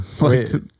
wait